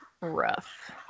rough